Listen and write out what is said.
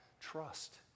trust